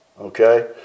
Okay